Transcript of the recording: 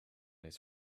his